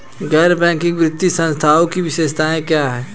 गैर बैंकिंग वित्तीय संस्थानों की विशेषताएं क्या हैं?